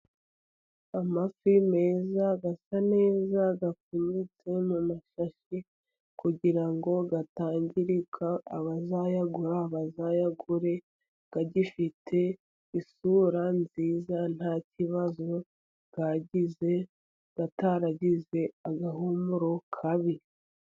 Amafi meza asa neza, afunitse mu mashashi kugira ngo atangirika, abazayagura bazayagure agifite isura nziza, nta kibazo yagize ataragize agahumuro kabi.